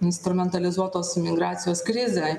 instrumentalizuotas migracijos krizė